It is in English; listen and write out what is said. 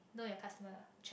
know your customer cheques